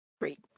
Great